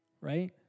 Right